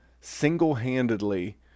single-handedly